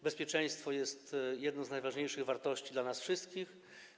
Bezpieczeństwo jest jedną z najważniejszych wartości dla nas wszystkich.